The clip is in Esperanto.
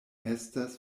estas